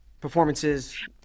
performances